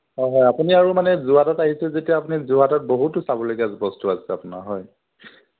হয় হয় আপুনি আৰু মানে যোৰহাটত আহিছে যেতিয়া আপুনি যোৰহাটত বহুতো চাবলগীয়া বস্তু আছে আপোনাৰ হয়